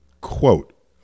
quote